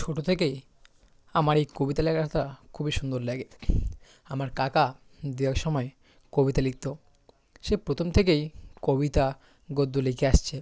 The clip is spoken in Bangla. ছোটো থেকেই আমার এই কবিতা লেখাটা খুবই সুন্দর লাগে আমার কাকা দু এক সময় কবিতা লিখতো সে প্রথম থেকেই কবিতা গদ্য লিখে আসছে